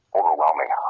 overwhelming